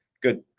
good